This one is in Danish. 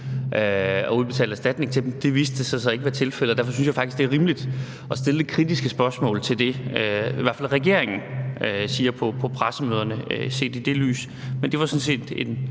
at udbetale erstatning til dem, men det viste sig så ikke at være tilfældet. Set i det lys synes jeg faktisk, det er rimeligt at stille lidt kritiske spørgsmål i hvert fald til det, regeringen siger på pressemøderne. Men det var sådan set en